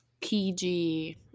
PG